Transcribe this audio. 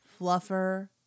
Fluffer